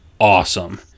awesome